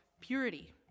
purity